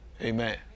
Amen